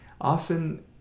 Often